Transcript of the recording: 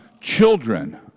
children